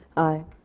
aye.